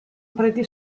preti